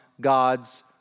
God's